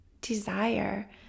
desire